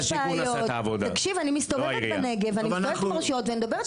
אני מסתובבת בנגב וברשויות ומדברת,